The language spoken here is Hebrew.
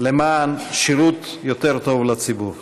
למען שירות יותר טוב לציבור.